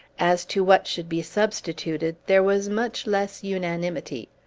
as to what should be substituted, there was much less unanimity.